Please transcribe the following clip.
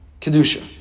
Kedusha